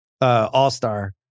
all-star